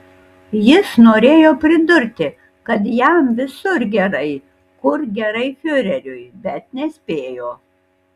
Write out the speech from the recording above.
jis norėjo pridurti kad jam visur gerai kur gerai fiureriui bet nespėjo